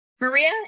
Maria